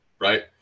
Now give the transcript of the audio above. right